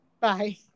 bye